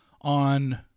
on